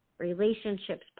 relationships